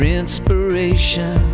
inspiration